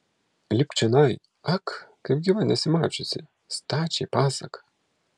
lipk čionai ak kaip gyva nesi mačiusi stačiai pasaka